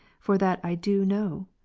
for that i do know?